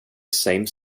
same